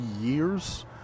years